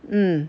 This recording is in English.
mm